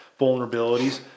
vulnerabilities